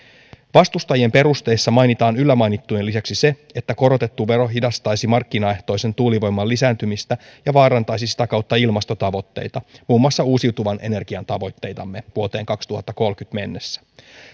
vastustajien perusteissa mainitaan yllä mainittujen lisäksi se että korotettu vero hidastaisi markkinaehtoisen tuulivoiman lisääntymistä ja vaarantaisi sitä kautta ilmastotavoitteita muun muassa uusiutuvan energian tavoitteitamme vuoteen kaksituhattakolmekymmentä mennessä